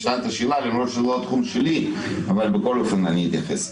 למרות שזה לא התחום שלי, אני אתייחס.